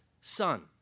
son